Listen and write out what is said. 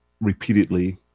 repeatedly